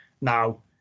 now